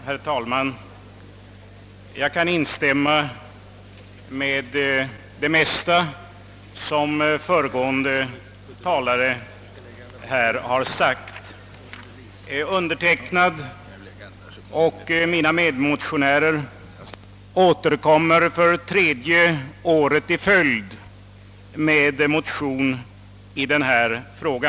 Herr talman! Jag kan instämma i det mesta som föregående talare här har sagt. Jag och mina medmotionärer återkommer för tredje året i följd med en motion i denna fråga.